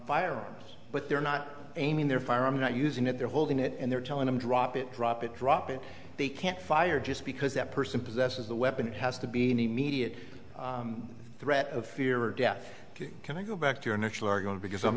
firearms but they're not aiming their fire i'm not using it they're holding it and they're telling them drop it drop it drop it they can't fire just because that person possesses the weapon and has to be in the media threat of fear or death can i go back to your initial are going because i'm